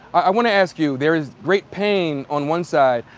i wanna ask you, there is great pain on one side,